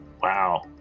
Wow